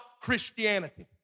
Christianity